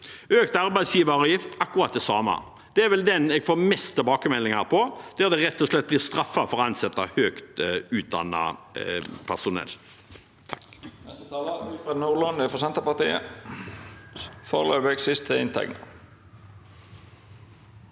økt arbeidsgiveravgift er det akkurat det samme. Det er vel den jeg får mest tilbakemeldinger på, der en rett og slett blir straffet for å ansette høyt utdannet personell.